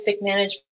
management